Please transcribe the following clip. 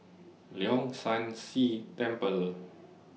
Leong San See Temple